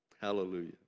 Hallelujah